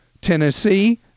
Tennessee